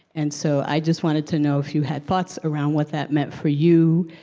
and so i just wanted to know if you had thoughts around what that meant for you.